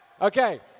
Okay